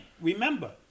remember